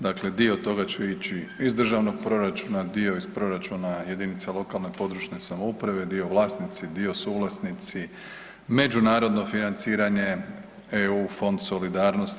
Dakle, dio toga će ići iz državnog proračuna, dio iz proračuna jedinice lokalne i područne samouprave, dio vlasnici, dio suvlasnici, međunarodno financiranje, EU fond solidarnosti.